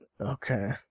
Okay